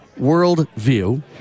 worldview